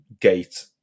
gate